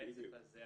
הרצף הזה,